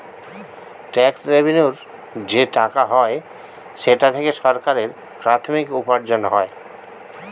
tax রেভেন্যুর যে টাকা হয় সেটা থেকে সরকারের প্রাথমিক উপার্জন হয়